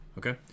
Okay